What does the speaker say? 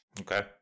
Okay